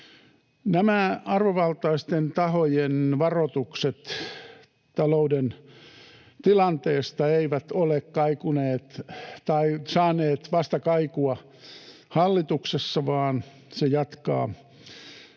Nämä arvovaltaisten tahojen varoitukset talouden tilanteesta eivät ole saaneet vastakaikua hallituksessa, vaan se jatkaa